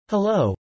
Hello